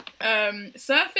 surfing